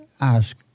ask